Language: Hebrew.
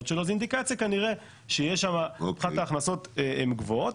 שלו זו אינדיקציה כנראה שההכנסות גבוהות,